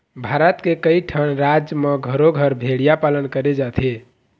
भारत के कइठन राज म घरो घर भेड़िया पालन करे जाथे